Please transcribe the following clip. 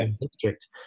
district